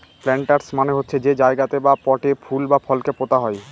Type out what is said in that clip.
planters মানে হচ্ছে যে জায়গাতে বা পটে ফুল বা ফলকে পোতা হয়